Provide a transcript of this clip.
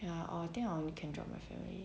ya I'll think I only can drop my family